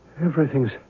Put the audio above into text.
Everything's